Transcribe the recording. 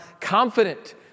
confident